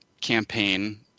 campaign